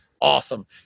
awesome